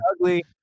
Ugly